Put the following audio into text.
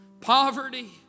poverty